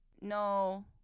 no